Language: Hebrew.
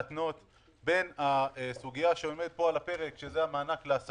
לפי זה נקבע המקדם הפרטני של העסק.